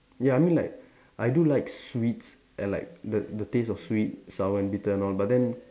ya I mean like I do like sweets and like the the taste of sweet sour and bitter and all but then